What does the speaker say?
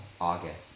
August